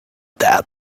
that